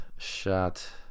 Shot